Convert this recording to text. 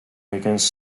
against